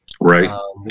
Right